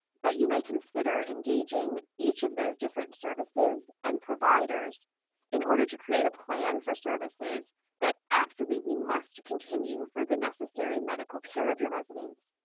but you may consider engaging each of those different services and providers in order to create a plan for services that absolutely must continue for the necessary medical care of your residents,